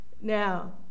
Now